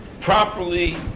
properly